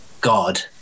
God